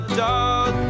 dog